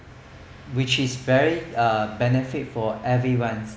which is very uh benefit for everyone